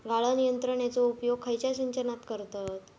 गाळण यंत्रनेचो उपयोग खयच्या सिंचनात करतत?